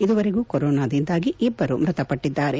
ಇದುವರೆಗೂ ಕೊರೋನಾದಿಂದಾಗಿ ಇಬ್ಬರು ಮೃತಪಟ್ಟದ್ದಾರೆ